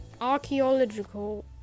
archaeological